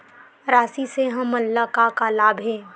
राशि से हमन ला का लाभ हे?